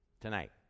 tonight